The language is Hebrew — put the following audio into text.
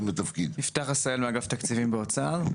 אני מאגף תקציבים באוצר.